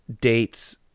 dates